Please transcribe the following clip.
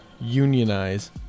unionize